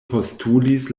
postulis